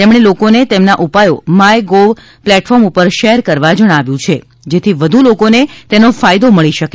તેમણે લોકોને તેમના ઉપાયો માયગોવ પ્લેટફોર્મ ઉપર શેર કરવા જણાવ્યુ છે જેથી વધુ લોકોને તેનો ફાયદો મળી શકે